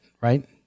right